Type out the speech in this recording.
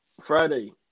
friday